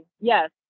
yes